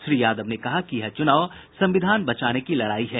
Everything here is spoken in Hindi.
श्री यादव ने कहा कि यह चुनाव संविधान बचाने की लड़ाई है